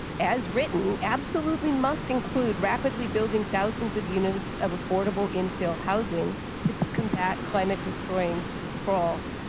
as written absolutely must include rapidly building thousands of units of affordable infield housing to combat climate destroying so sprawl.